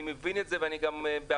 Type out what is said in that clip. אני מבין את זה ואני גם בעדכם,